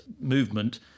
movement